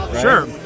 Sure